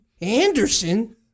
Anderson